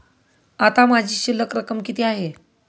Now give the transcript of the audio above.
आता माझी शिल्लक रक्कम किती आहे?